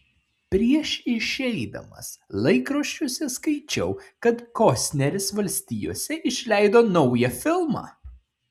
prieš išeidamas laikraščiuose skaičiau kad kostneris valstijose išleido naują filmą